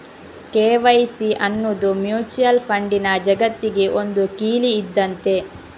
KYC ಅನ್ನುದು mutual ಫಂಡಿನ ಜಗತ್ತಿಗೆ ಒಂದು ಕೀಲಿ ಇದ್ದಂತೆ